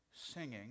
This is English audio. singing